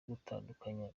gutandukanya